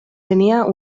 tenia